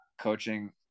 coaching